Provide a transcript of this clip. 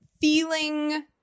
feeling